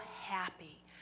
happy